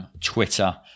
twitter